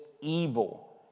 evil